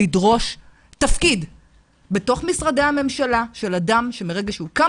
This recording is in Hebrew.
לדרוש תפקיד בתוך משרדי הממשלה של אדם שמרגע שהוא קם